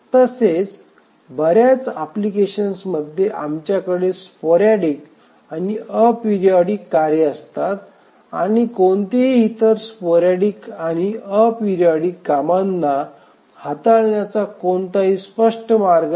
तसेच बर्याच अप्लिकेशन्समध्ये आमच्याकडे स्पोरॅडिक आणि अपेरिओडिक कार्ये असतात आणि कोणताही इतर स्पोरॅडिक आणि अपेरिओडिक कामांना हाताळण्याचा कोणताही स्पष्ट मार्ग नाही